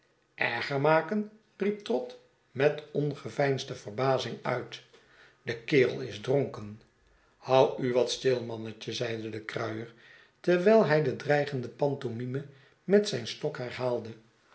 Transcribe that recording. erger maken riep trott met ongeveinsde verbazing uit de kerel is dronken hou u wat stil mannetje zeide de kruier terwijl hij de dreigende pantomime met zijn stok herhaalde